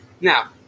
Now